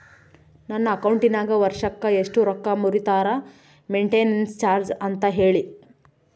ನನ್ನ ಅಕೌಂಟಿನಾಗ ವರ್ಷಕ್ಕ ಎಷ್ಟು ರೊಕ್ಕ ಮುರಿತಾರ ಮೆಂಟೇನೆನ್ಸ್ ಚಾರ್ಜ್ ಅಂತ ಹೇಳಿ?